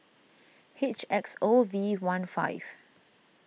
H X O V one five